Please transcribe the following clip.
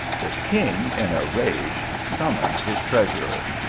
the king in a rage summoned his treasurer.